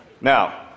Now